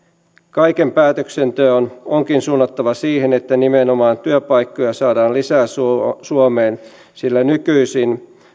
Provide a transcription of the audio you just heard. kaiken päätöksenteon onkin suunnattava siihen että nimenomaan työpaikkoja saadaan lisää suomeen sillä nykyisin